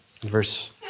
verse